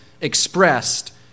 expressed